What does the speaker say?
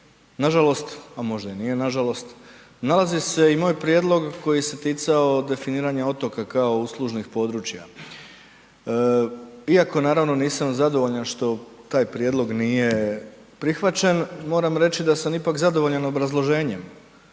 nažalost a možda i nije nažalost, nalazi se i moj prijedlog koji se ticao definiranja otoka kao uslužnih područja. Iako naravno, nisam zadovoljan što taj prijedlog nije prihvaćen, moram reći da sam ipak zadovoljan obrazloženjem,